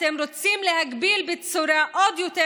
אתם רוצים להגביל בצורה עוד יותר